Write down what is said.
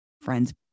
friend's